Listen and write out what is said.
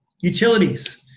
Utilities